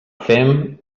fem